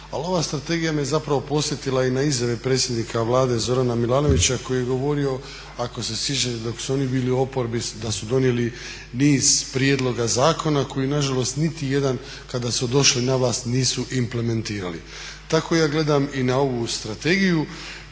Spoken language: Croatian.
Ali ova strategija me zapravo podsjetila i na izjave predsjednika Vlade Zorana Milanovića koji je govorio ako se sjećate dok su oni bili u oporbi da su donijeli niz prijedloga zakona koji nažalost niti jedan kada su došli na vlast nisu implementirali. Tako ja gledam i na ovu strategiju.